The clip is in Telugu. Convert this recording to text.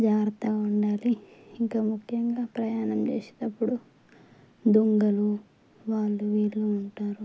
జాగ్రత్తగా ఉండాలి ఇంక ముఖ్యంగా ప్రయాణం చేసేటప్పుడు దొంగలు వాళ్ళు వీళ్ళు ఉంటారు